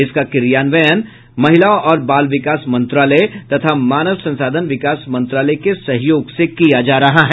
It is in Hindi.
इसका क्रियान्वयन महिला और बाल विकास मंत्रालय तथा मानव संसाधन विकास मंत्रालय के सहयोग से किया जा रहा है